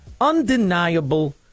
Undeniable